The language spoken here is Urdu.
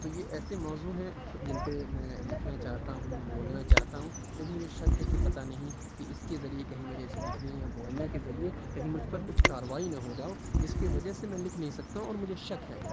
تو یہ ایسے موضوع ہیں جن پہ میں لکھنا چاہتا ہوں بولنا چاہتا ہوں لیکن مجھے شک ہے کہ پتہ نہیں کہ اس کے ذریعے کہیں میرے اس لکھنے یا بولنے کے ذریعے کہیں مجھ پر کچھ کارروائی نہ ہو جائے جس کی وجہ سے میں لکھ نہیں سکتا ہوں اور مجھے شک ہے